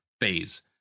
phase